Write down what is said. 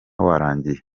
warangiye